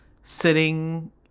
sitting